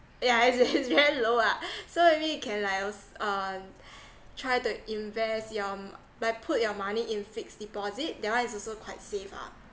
yeah it's it's very low lah so maybe you can like um try to invest your by put your money in fixed deposit that one is also quite safe ah